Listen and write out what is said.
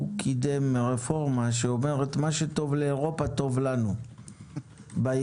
קידם רפורמה שאומרת שמה שטוב לאירופה טוב לנו ביבוא.